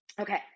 Okay